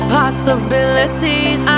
possibilities